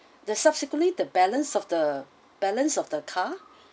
the subsequently the balance of the balance of the car